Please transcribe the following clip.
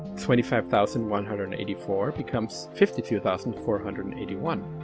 twenty five thousand one hundred and eighty four becomes fifty two thousand four hundred and eighty one.